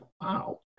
wow